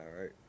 right